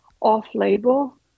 off-label